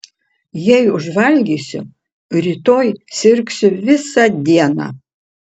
jei užvalgysiu rytoj sirgsiu visą dieną